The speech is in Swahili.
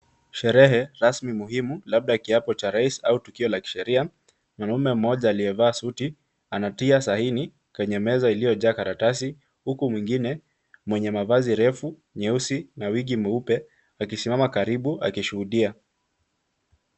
Sherehe rasmi muhimu, labda kiapo cha rais au tukio la kisheria. Mwanaume mmoja aliyevaa suti anatia saini kwenye meza iliyojaa karatasi, huku mwingine mwenye mavazi refu nyeusi na wigi nyeupe akisimama karibu akishuhudia.